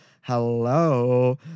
hello